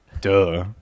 duh